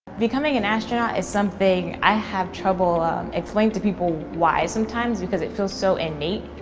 becoming an astronaut is something i have trouble explaining to people why sometimes because it feels so innate.